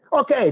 Okay